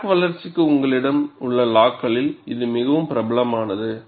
crack வளர்ச்சிக்கு உங்களிடம் உள்ள லா க்களில் இது மிகவும் பிரபலமானது